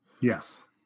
Yes